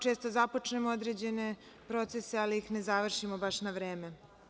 Često započnemo određene procese, ali ih ne završimo baš na vreme.